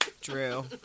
Drew